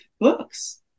books